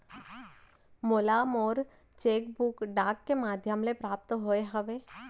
मोला मोर cheque book डाक के मध्याम ले प्राप्त होय हवे